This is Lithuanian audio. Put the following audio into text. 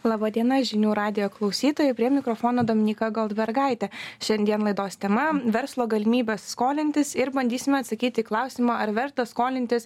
laba diena žinių radijo klausytojai prie mikrofono dominyka goldbergaitė šiandien laidos tema verslo galimybės skolintis ir bandysim atsakyti į klausimą ar verta skolintis